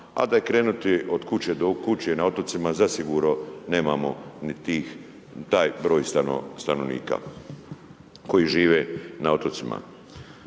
a da je krenuti od kuće do kuće na otocima, zasigurno nemamo ni taj broj stanovnika koji žive na otocima.